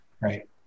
right